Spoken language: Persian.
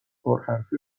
پرحرفی